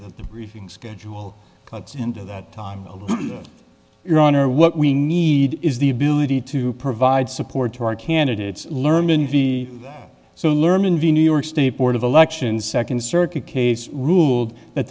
that the briefing schedule cuts into that time your honor what we need is the ability to provide support to our candidates learned and be so learned in v new york state board of elections second circuit case ruled that